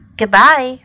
goodbye